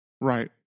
Right